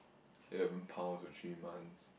eleven pounds for three months